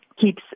keeps